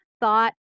thought